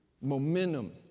momentum